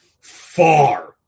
far